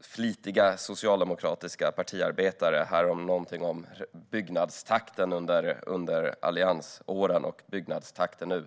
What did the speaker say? flitiga socialdemokratiska partiarbetare. Här var det någonting om byggnadstakten under alliansåren och byggnadstakten nu.